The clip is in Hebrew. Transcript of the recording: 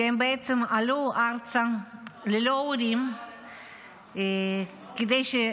שבעצם עלו ארצה ללא הורים כדי להיות